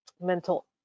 mental